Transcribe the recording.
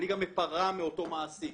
אני גם אפרע מאותו מעסיק,